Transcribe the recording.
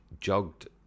jogged